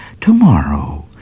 tomorrow